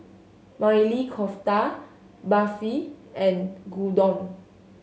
Maili Kofta Barfi and Gyudon